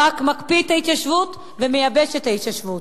ברק מקפיא את ההתיישבות ומייבש את ההתיישבות.